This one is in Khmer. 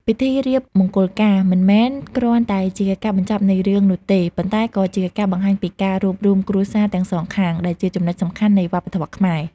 ពិធីរៀបមង្គលការមិនមែនគ្រាន់តែទីបញ្ចប់នៃរឿងនោះទេ ប៉ុន្តែក៏ជាការបង្ហាញពី ការរួបរួមគ្រួសារ ទាំងសងខាង ដែលជាចំណុចសំខាន់នៃវប្បធម៌ខ្មែរផងដែរ។